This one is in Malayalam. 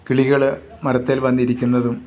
കിളികൾ മരത്തിൽ വന്നിരിക്കുന്നതും